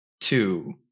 two